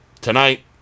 tonight